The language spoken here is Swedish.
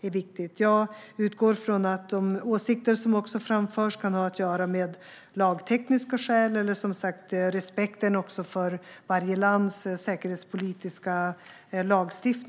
är viktigt. Jag utgår från att de åsikter som framförs kan ha att göra med exempelvis lagtekniska skäl eller respekten för varje lands säkerhetspolitiska lagstiftning.